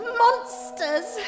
monsters